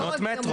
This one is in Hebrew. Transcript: דפו או תחנה.